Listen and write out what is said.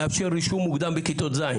מאפשר רישום מוקדם בכיתות ז'.